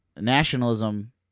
Nationalism